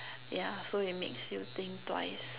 yeah so it makes you think twice